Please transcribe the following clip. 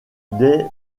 dès